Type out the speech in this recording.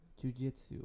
jujitsu